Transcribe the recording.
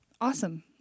Awesome